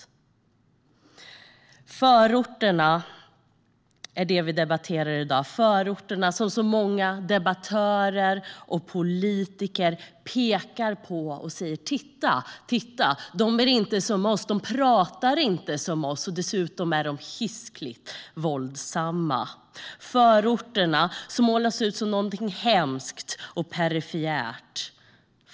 Vi debatterar förorterna i dag. Det är förorterna som så många debattörer och politiker pekar på och säger: Titta, de är inte som vi, de pratar inte som vi, och dessutom är de hiskeligt våldsamma. Förorterna målas ut som någonting hemskt och perifert.